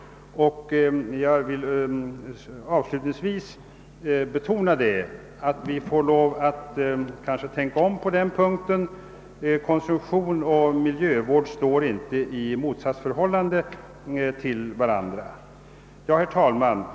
Vi kanske måste tänka om på den punkten och göra klart för oss att konsumtion och miljövård inte står i något motsatsförhållande till varandra. Herr talman!